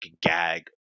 gag